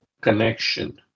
connection